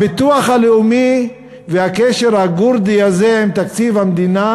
הביטוח הלאומי והקשר הגורדי הזה עם תקציב המדינה,